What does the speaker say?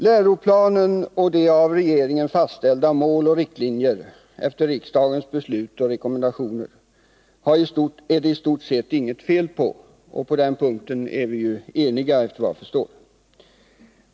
Läroplanen och av regeringen fastställda mål och riktlinjer — efter riksdagens beslut och rekommendationer — är det i stort sett inget fel på. Vi är eniga på den punkten, efter vad jag förstår.